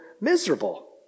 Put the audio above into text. miserable